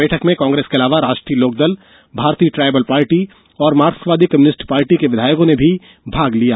बैठक में कांग्रेस के अलावा राष्ट्रीय लोकदल भारतीय ट्राइबल पार्टी और मार्कसवादी कम्युनिस्ट पार्टी के विधायकों ने भी भाग लिया